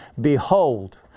Behold